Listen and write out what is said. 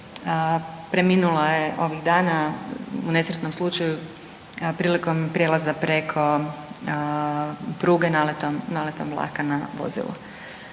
preminula je ovih dana u nesretnom slučaju prilikom prijelaza preko pruge naletom vlaka na vozilo.